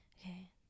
okay